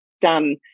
done